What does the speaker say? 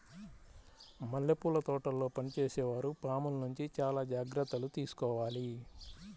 మల్లెపూల తోటల్లో పనిచేసే వారు పాముల నుంచి చాలా జాగ్రత్తలు తీసుకోవాలి